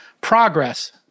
progress